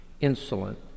insolent